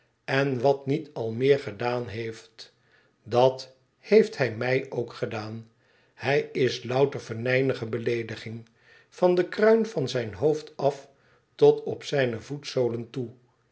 en wat niet al meer gedaan heeft dat heeft hij mij ook gedaan hij is louter venijnige beleediging van de kruin van zijn hoofd af tot op zijne voetzolen toe